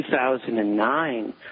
2009